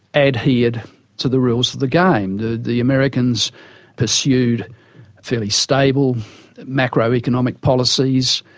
adhered to the rules of the game the the americans pursued fairly stable macroeconomic policies,